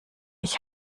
ich